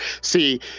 See